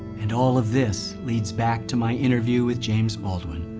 and all of this leads back to my interview with james baldwin.